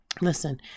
Listen